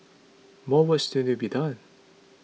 more work still needs be done